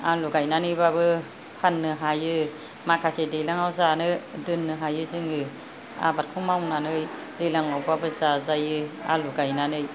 आलु गायनानैबाबो फाननो हायो माखासे दैज्लांआव जानो दोननो हायो जोङो आबादखौ मावनानै दैलांआवबाबो जाजायो आलु गायनानै